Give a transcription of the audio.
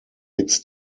its